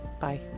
Bye